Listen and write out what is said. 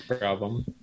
problem